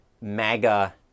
MAGA